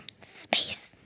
Space